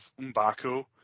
Mbaku